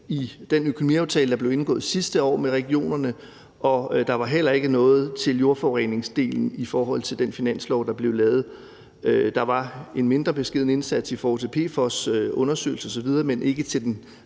i den økonomiaftale, der blev indgået sidste år med regionerne, og der var heller ikke noget til jordforureningsdelen i forhold til den finanslov, der blev lavet. Der var en mindre beskeden indsats i forhold til PFOS-undersøgelser osv., men ikke til den